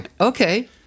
okay